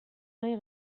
nahi